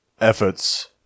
efforts